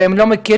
הם לא מכירים,